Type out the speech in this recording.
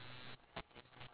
ya